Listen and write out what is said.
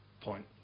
point